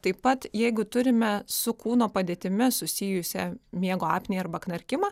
taip pat jeigu turime su kūno padėtimi susijusią miego apnėją arba knarkimą